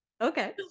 okay